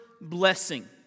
blessing